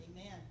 Amen